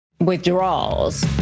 withdrawals